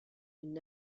une